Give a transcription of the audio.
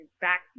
back